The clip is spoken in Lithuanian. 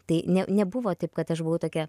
tai ne nebuvo taip kad aš buvau tokia